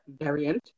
variant